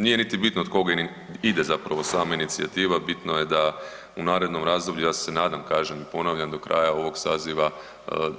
Nije niti bitno od koga ide zapravo sama inicijativa, bitno je da u narednom razdoblju ja se nadam i kažem ponavljam do kraja ovog saziva